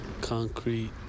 concrete